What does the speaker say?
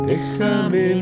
Déjame